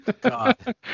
God